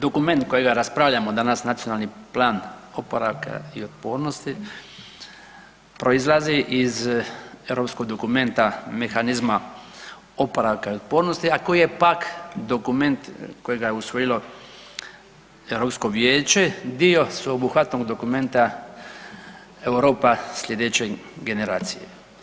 Dokument kojega raspravljamo danas Nacionalni plan oporavka i otpornosti proizlazi iz europskog dokumenta mehanizma oporavka i otpornosti a koji je pak dokument kojega je usvojilo Europsko vijeće, dio sveobuhvatnog dokumenta Europa sljedeće generacije.